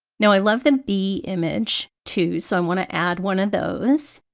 now i love them bee image too so i want to add one of those.